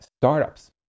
startups